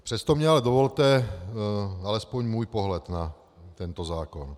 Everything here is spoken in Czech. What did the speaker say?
Přesto mi ale dovolte alespoň můj pohled na tento zákon.